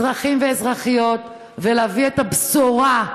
אזרחים ואזרחיות, ולהביא את הבשורה: